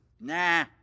Nah